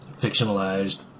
fictionalized